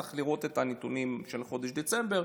צריך לראות את הנתונים של חודש דצמבר,